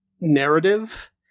narrative